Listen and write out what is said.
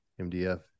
MDF